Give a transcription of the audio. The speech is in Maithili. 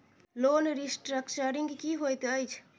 लोन रीस्ट्रक्चरिंग की होइत अछि?